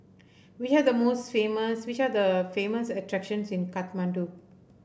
which are the most famous which are the famous attractions in Kathmandu